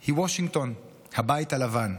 היא וושינגטון, הבית הלבן.